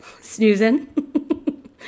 Snoozing